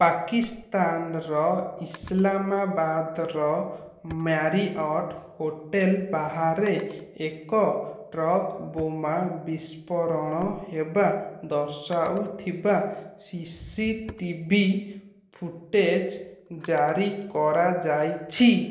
ପାକିସ୍ତାନର ଇସଲାମାବାଦର Marriott hotel ବାହାରେ ଏକ ଟ୍ରକ୍ ବୋମା ବିସ୍ଫୋରଣ ହେବା ଦର୍ଶାଉଥିବା C C T V footage ଜାରି କରାଯାଇଛି